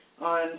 on